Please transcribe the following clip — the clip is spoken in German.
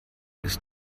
ist